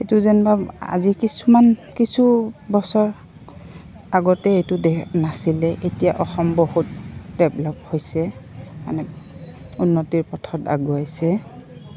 এইটো যেনিবা আজি কিছুমান কিছু বছৰ আগতে এইটো দে নাছিলে এতিয়া অসম বহুত ডেভলপ হৈছে মানে উন্নতিৰ পথত আগুৱাইছে